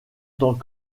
tant